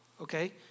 Okay